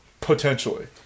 Potentially